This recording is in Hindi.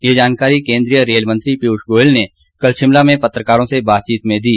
ये जानकारी केन्द्रीय रेल मंत्री पीयूष गोयल ने कल शिमला में पत्रकारों से बातचीत में दी